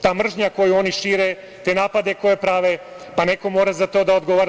Ta mržnja koju oni šire, te napade koje prave, pa neko mora za to da odgovara.